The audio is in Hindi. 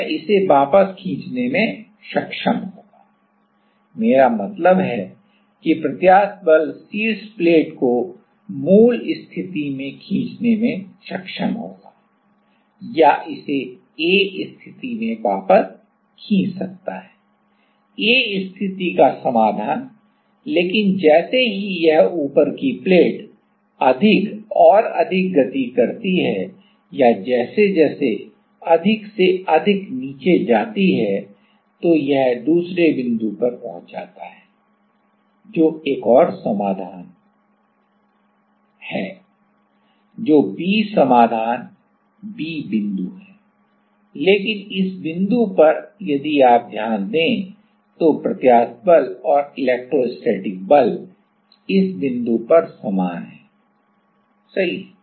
तो यह इसे वापस खींचने में सक्षम होगा मेरा मतलब है कि प्रत्यास्थ बल शीर्ष प्लेट को मूल स्थिति में खींचने में सक्षम होगा या इसे A स्थिति में वापस खींच सकता है A स्थिति का समाधान लेकिन जैसे ही यह ऊपर की प्लेट अधिक और अधिक गति करती है या जैसे जैसे अधिक से अधिक नीचे जाती है तो यह दूसरे बिंदु पर पहुंच जाता है जो एक और समाधान है जो B समाधान B बिंदु है लेकिन इस बिंदु पर यदि आप ध्यान दें तो प्रत्यास्थ बल और इलेक्ट्रोस्टैटिक बल इस बिंदु पर समान हैं सही